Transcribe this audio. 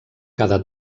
cada